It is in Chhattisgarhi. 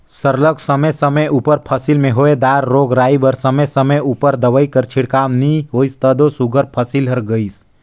सरलग समे समे उपर फसिल में होए दार रोग राई बर समे समे उपर दवई कर छिड़काव नी होइस तब दो सुग्घर फसिल हर गइस